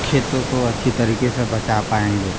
खेतों को अच्छी तरीके से बचा पाएंगे